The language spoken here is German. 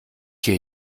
hier